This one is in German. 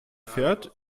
fährt